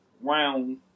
round